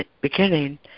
beginning